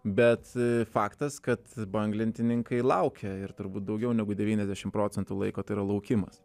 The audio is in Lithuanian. bet faktas kad banglentininkai laukia ir turbūt daugiau negu devyniasdešimt procentų laiko tai yra laukimas